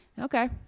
Okay